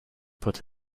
put